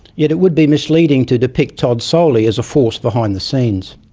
yet it would be misleading to depict todd solely as a force behind the scenes.